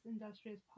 Industrious